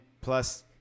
plus